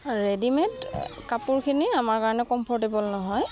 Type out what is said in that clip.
readymade কাপোৰখিনি আমাৰ কাৰণে কমফৰ্টেবল নহয়